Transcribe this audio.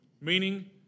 meaning